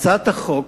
הצעת החוק